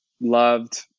loved